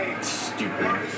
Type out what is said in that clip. Stupid